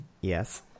Yes